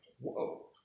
whoa